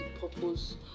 purpose